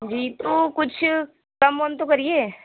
جی تو کچھ کم وم تو کریے